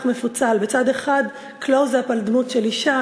מפוצל: בצד אחד קלוז-אפ על דמות של אישה,